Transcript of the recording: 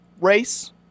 race